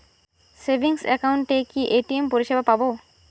Savings একাউন্টে কি ATM পরিসেবা পাব?